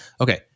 Okay